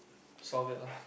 solve it lah